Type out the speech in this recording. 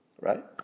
Right